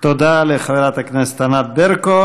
תודה לחברת הכנסת ענת ברקו.